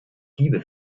diebe